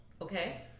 Okay